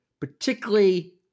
particularly